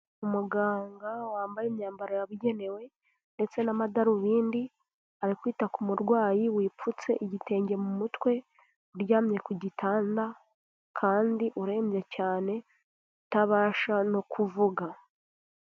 Umuganga wambaye imyambaro yabugenewe ndetse n'amadarubindi, ari kwita ku murwayi wipfutse igitenge mu mutwe, uryamye ku gitanda kandi urembye cyane utabasha no kuvuga.